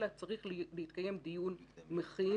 אלא צריך להתקיים דיון מכין.